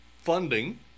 Funding